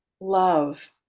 love